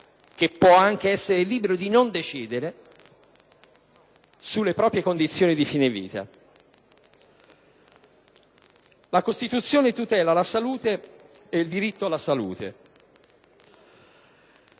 La Costituzione tutela la salute e il diritto alla salute.